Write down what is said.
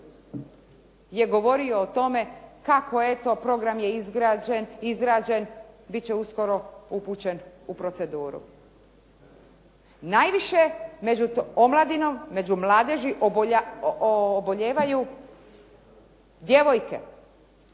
je govorio o tome kako eto program je izrađen, bit će uskoro upućen u proceduru. Najviše među omladinom, među mladeži obolijevaju djevojke.